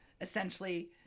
essentially